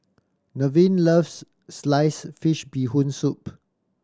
Nevin loves sliced fish Bee Hoon Soup